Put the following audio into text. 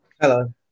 Hello